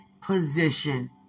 position